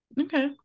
Okay